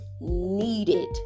needed